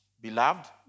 Beloved